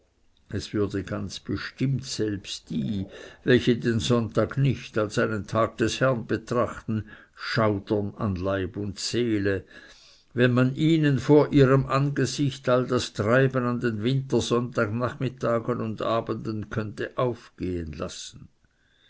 es würde ganz bestimmt selbst die welche den sonntag nicht als einen tag des herrn betrachten schaudern an leib und seele wenn man ihnen vor ihrem angesicht all das treiben an den wintersonntagnachmittagen und abenden könnte aufgehen lassen